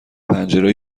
پنجره